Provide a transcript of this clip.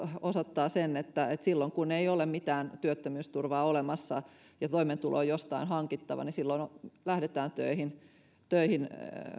osoittaa sen että että silloin kun ei ole mitään työttömyysturvaa olemassa ja toimeentulo on jostain hankittava niin silloin lähdetään töihin töihin